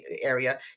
area